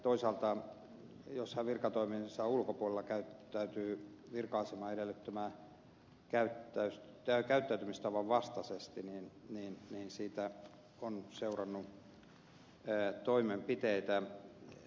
toisaalta jos hän virkatoimiensa ulkopuolella käyttäytyy virka aseman edellyttämän käyttäytymistavan vastaisesti siitä on seurannut toimenpiteitä